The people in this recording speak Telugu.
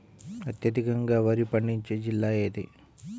అత్యధికంగా వరి పండించే జిల్లా ఏది?